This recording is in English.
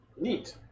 Neat